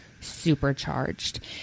supercharged